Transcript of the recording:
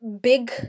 big